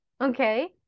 okay